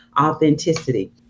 authenticity